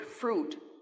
fruit